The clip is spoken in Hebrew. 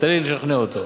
תן לי לשכנע אותו.